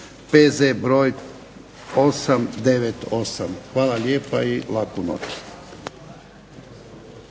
P.Z. br. 898. Hvala lijepa i laku noć.